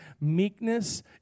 Meekness